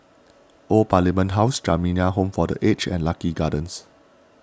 Old Parliament House Jamiyah Home for the Aged and Lucky Gardens